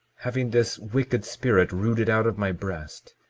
having this wicked spirit rooted out of my breast,